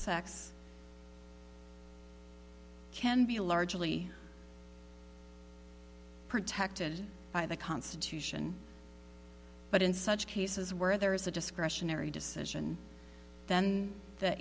sex can be largely protected by the constitution but in such cases where there is a discretionary decision then the